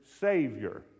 savior